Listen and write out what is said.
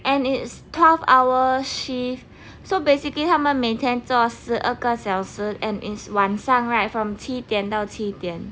and is twelve hour shift so basically 他们每天坐十二个小时 and is 晚上 right from 七点到七点